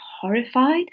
horrified